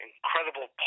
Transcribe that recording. incredible